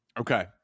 Okay